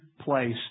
place